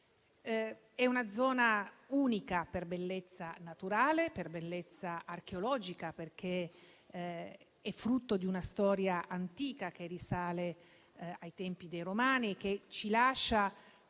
È una zona unica per bellezza naturale e per bellezza archeologica, perché è frutto di una storia antica che risale ai tempi dei romani e che ci lascia